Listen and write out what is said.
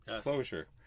closure